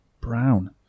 Brown